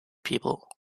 people